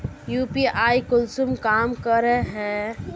UPI कुंसम काम करे है?